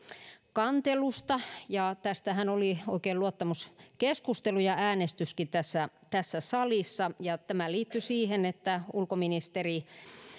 kantelusta tästähän oli oikein luottamuskeskustelu ja äänestyskin tässä tässä salissa ja tämä liittyi siihen että ulkoministeri